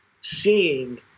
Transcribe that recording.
seeing